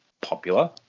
popular